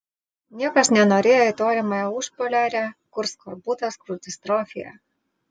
niekas nenorėjo į tolimąją užpoliarę kur skorbutas kur distrofija